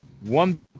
One